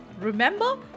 Remember